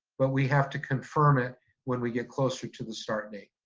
but we have to confirm it when we get closer to the start date.